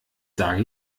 sage